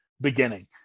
beginning